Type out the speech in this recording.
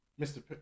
Mr